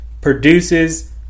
produces